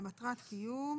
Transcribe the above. למטרת קיום